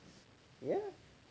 ya